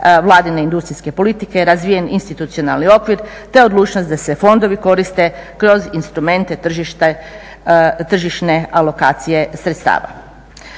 Vladine industrijske politike, razvijen institucionalni okvir te odlučnost da se fondovi koriste kroz instrumente tržišne alokacije sredstava.